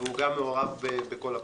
והוא גם מעורב בכל הפרטים.